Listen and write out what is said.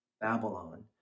Babylon